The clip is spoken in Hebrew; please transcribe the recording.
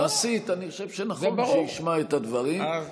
מעשית אני חושב שנכון שישמע את הדברים.